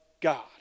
God